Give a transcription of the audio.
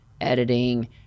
editing